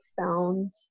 found